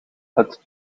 het